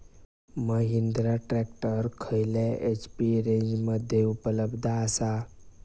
Mahindra tractor खयल्या HP रेंजमध्ये उपलब्ध आसा?